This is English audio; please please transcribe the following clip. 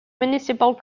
municipal